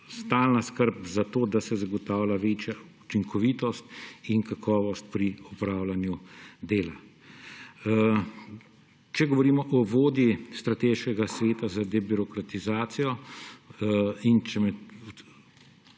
stalna skrb za to, da se zagotavlja večja učinkovitost in kakovost pri opravljanju dela. Če govorimo o vodji Strateškega sveta za debirokratizacijo in če me